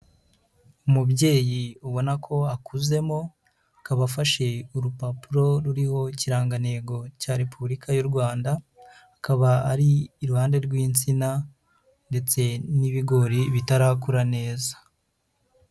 Umubyeyi ubona ko akuzemo, kabafashe urupapuro ruriho Ikirangantego cya Repubulika y'u Rwanda, akaba ari iruhande rw'insina ndetse n'ibigori bitarakura neza.